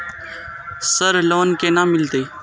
Sir loan केना मिलते?